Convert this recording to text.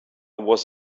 was